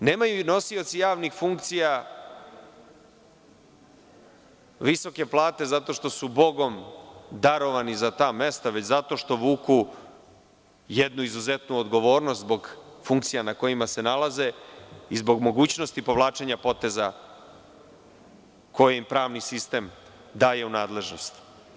Znate, nemaju nosioci javnih funkcija visoke plate zato što su bogom darovani za ta mesta, već zato što vuku jednu izuzetnu odgovornost zbog funkcija na kojima se nalaze, i zbog mogućnosti povlačenja poteza koji im pravni sistem daje u nadležnost.